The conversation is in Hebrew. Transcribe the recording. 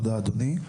תודה אדוני.